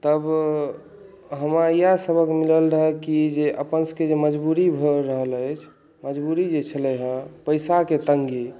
तब हमरा इएह सबक मिलल रहै कि जे अपन सभके जे मजबुरी भऽ रहल अछि मजबुरी जे छलै हँ पैसाके तङ्गी